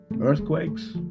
Earthquakes